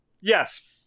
Yes